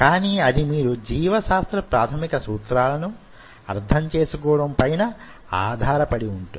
కానీ అది మీరు జీవశాస్త్ర ప్రాథమిక సూత్రాలను అర్థం చేసుకోవడం పైన ఆధారపడి వుంటుంది